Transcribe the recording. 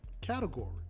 category